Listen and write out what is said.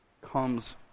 comes